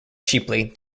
cheaply